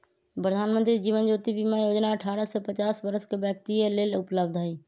प्रधानमंत्री जीवन ज्योति बीमा जोजना अठारह से पचास वरस के व्यक्तिय लेल उपलब्ध हई